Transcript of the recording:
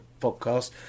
podcast